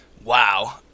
wow